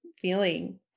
feeling